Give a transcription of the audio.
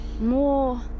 more